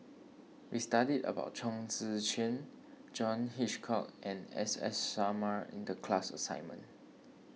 we studied about Chong Tze Chien John Hitchcock and S S Sarma in the class assignment